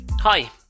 Hi